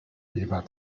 eber